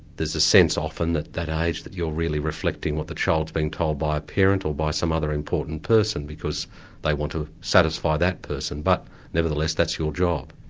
there's a sense often at that age that you're really reflecting what the child's been told by a parent, or by some other important person because they want to satisfy that person. but nevertheless, that's your job.